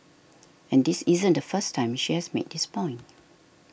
and this isn't the first time she has made this point